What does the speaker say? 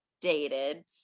dated